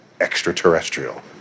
extraterrestrial